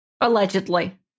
Allegedly